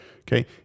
okay